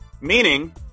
meaning